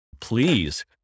please